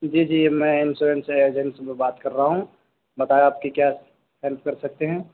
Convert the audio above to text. جی جی میں insurance agency سے بات کر رہا ہوں بتائیے آپ کی کیا ہیلپ کر سکتے ہیں